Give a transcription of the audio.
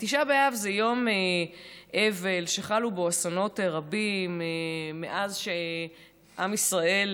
תשעה באב זה יום אבל שחלו בו אסונות רבים מאז שעם ישראל